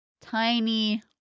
Tiny